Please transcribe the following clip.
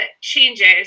changes